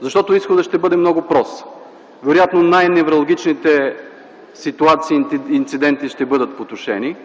Защото изходът ще бъде много прост. Вероятно най-невралгичните ситуации и инциденти ще бъдат потушени,